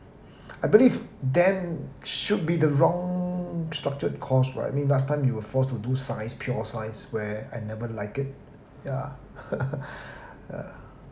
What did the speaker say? I believe then should be the wrong structured course right I mean last time you were forced to do science pure science where I never liked it yeah